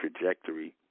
trajectory